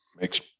makes